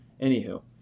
Anywho